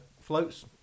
floats